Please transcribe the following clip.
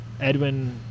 Edwin